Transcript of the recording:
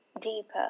deeper